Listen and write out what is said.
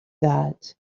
that